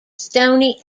stony